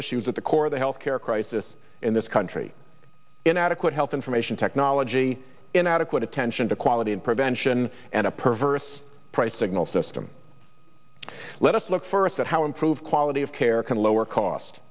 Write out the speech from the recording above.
issues at the core of the health care crisis in this country inadequate health information technology inadequate attention to quality and prevention and a perverse price signal system let us look first at how improved quality of care can lower cost